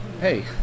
hey